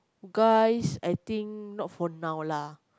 guys I think not for now lah